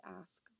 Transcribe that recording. ask